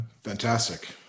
Fantastic